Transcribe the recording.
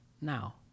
now